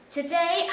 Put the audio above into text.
Today